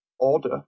order